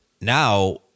now